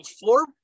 four